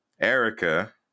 Erica